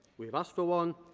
we have asked for one,